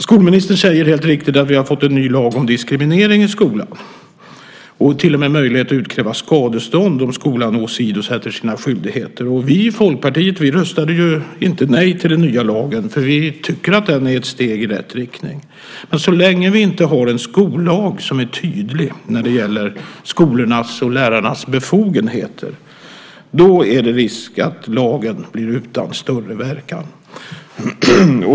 Skolministern säger helt riktigt att vi har fått en ny lag om diskriminering i skolan och till och med möjlighet att utkräva skadestånd om skolan åsidosätter sina skyldigheter. Vi i Folkpartiet röstade inte nej till den nya lagen, för vi tycker att den är ett steg i rätt riktning. Men så länge som vi inte har en skollag som är tydlig när det gäller skolornas och lärarnas befogenheter är det risk att lagen blir utan större verkan.